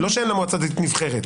לא שאין לה מועצה דתית נבחרת.